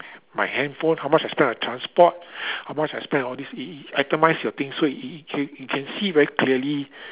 my handphone how much I spend on transport how much I spend on all these it it itemise your things so it it you can see very clearly